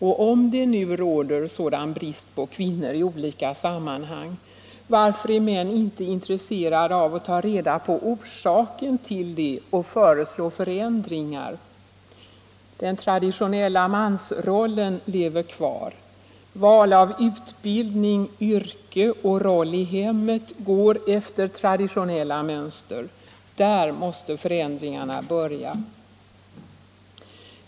Och om det nu råder sådan brist på kvinnor i olika sammanhang, varför är män inte intresserade av att ta reda på orsaken till det och föreslå förändringar? Den traditionella mansrollen lever kvar. Val av utbildning, yrke och roll i hemmet går efter traditionella mönster. Där måste förändringarna börja.